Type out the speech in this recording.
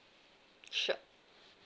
sure